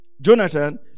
Jonathan